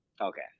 Okay